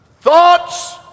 thoughts